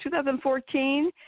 2014